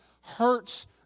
hurts